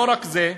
לא רק זה,